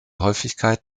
häufigkeit